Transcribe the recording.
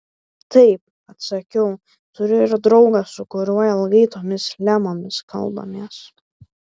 taip atsakiau turiu ir draugą su kuriuo ilgai tomis lemomis kalbamės